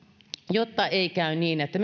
jotta ei käy niin että